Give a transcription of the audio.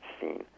seen